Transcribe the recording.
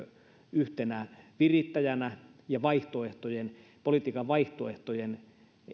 yhtenä virittäjänä ja politiikan vaihtoehtojen